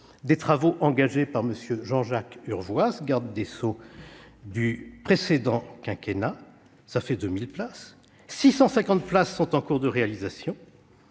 de travaux engagés par M. Jean-Jacques Urvoas, garde des sceaux du précédent quinquennat ; 650 places sont en cours de réalisation.